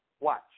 Watch